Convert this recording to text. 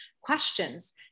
questions